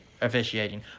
officiating